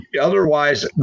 otherwise